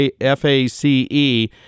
F-A-C-E